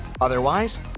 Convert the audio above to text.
Otherwise